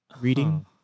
Reading